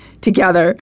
together